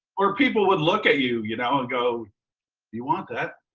or people would look at you, you know and go, do you want that?